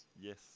Yes